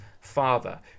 father